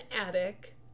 attic